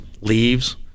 leaves